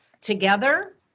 together